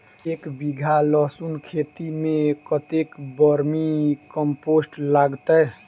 एक बीघा लहसून खेती मे कतेक बर्मी कम्पोस्ट लागतै?